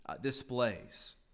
displays